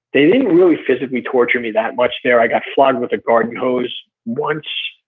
they didn't really physically torture me that much there. i got flogged with a garden hose once,